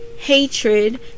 Hatred